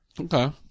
Okay